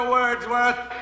Wordsworth